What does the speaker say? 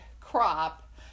crop